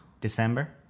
December